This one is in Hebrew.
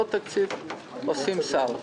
לא תקציב עושים סל.